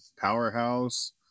powerhouse